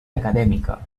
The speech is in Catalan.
acadèmica